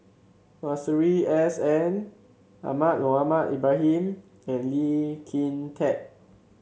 Masuri S N Ahmad Mohamed Ibrahim and Lee Kin Tat